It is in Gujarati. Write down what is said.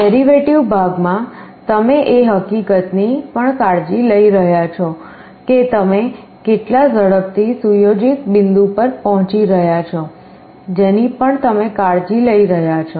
ડેરિવેટિવ ભાગમાં તમે એ હકીકતની પણ કાળજી લઈ રહ્યા છો કે તમે કેટલા ઝડપથી સુયોજિત બિંદુ પર પહોંચી રહ્યા છો જેની પણ તમે કાળજી લઈ રહ્યા છો